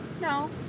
No